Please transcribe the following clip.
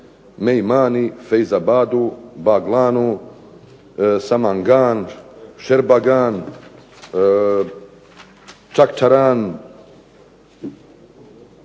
Meiman, Feyzabadu, Badlanu, SAmangan, Sherbagan, Chacharan,